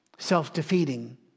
Self-defeating